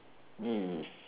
yes